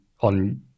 on